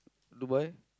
Dubai